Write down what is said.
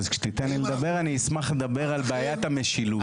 אז כשתיתן לי לדבר אני אשמח לדבר על בעיית המשילות.